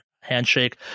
handshake